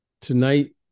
Tonight